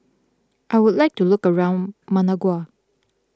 I would like to look around Managua